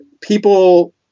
people